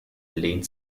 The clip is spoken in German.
lehnt